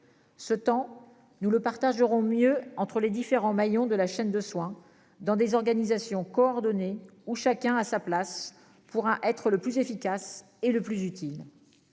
Ce temps nous le partagerons mieux entre les différents maillons de la chaîne de soins dans des organisations coordonnées où chacun a sa place pour un être le plus efficace et le plus utile.